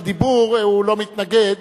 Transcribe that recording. הוא לא מתנגד,